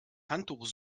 handtuch